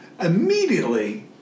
immediately